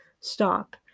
stop